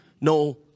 no